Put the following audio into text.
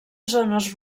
zones